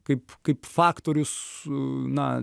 kaip kaip faktorius u na